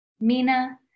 Mina